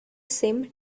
same